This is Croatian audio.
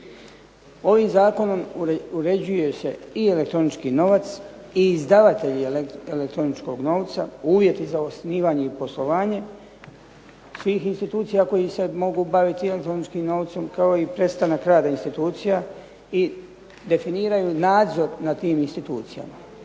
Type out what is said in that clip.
Ovim zakonom uređuje se i elektronički novac i izdavatelji elektroničkog novca, uvjeti za osnivanje i poslovanje, svih institucija koje se mogu baviti elektroničkim novcem kao i prestanak rada institucija i definiraju nadzor nad tim institucijama.